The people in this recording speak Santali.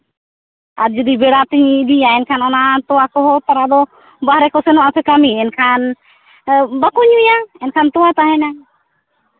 ᱟᱨ ᱡᱩᱫᱤ ᱵᱮᱲᱟ ᱠᱟᱛᱮᱧ ᱤᱫᱤᱭᱟ ᱮᱱᱠᱷᱟᱱ ᱚᱱᱟ ᱛᱚᱣᱟ ᱠᱚᱦᱚᱸ ᱛᱟᱦᱚᱞᱮ ᱫᱚ ᱵᱟᱨᱦᱮ ᱠᱚ ᱥᱮᱱᱚᱜᱼᱟᱥᱮ ᱠᱟᱹᱢᱤ ᱮᱱᱠᱷᱟᱱ ᱵᱟᱠᱚ ᱧᱩᱭᱟ ᱮᱱᱠᱷᱟᱱ ᱛᱳᱣᱟ ᱛᱟᱦᱮᱱᱟ